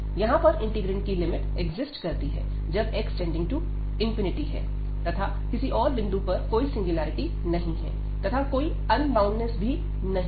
यहां पर इंटीग्रैंड की लिमिट एक्जिस्ट करती हैं जब x→∞करता है तथा किसी और बिंदु पर कोई सिंगुलेरिटी नहीं है तथा कोई अनबॉउंडनेस भी नहीं है